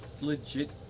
legit